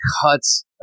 cuts